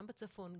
גם בצפון,